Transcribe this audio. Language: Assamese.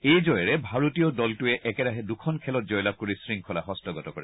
এই জয়েৰে ভাৰতীয় দলটোৱে একেৰাহে দুখন খেলত জয়লাভ কৰি শৃংখলা হস্তগত কৰে